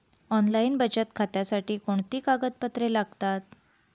Online बचत खात्यासाठी कोणती कागदपत्रे लागतात?